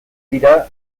dira